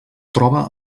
troba